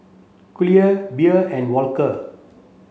Collier Bea and Walker